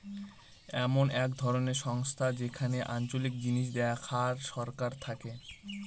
এমন এক ধরনের সংস্থা যেখানে আঞ্চলিক জিনিস দেখার সরকার থাকে